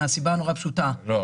מהסיבה הנורא פשוטה --- רגע,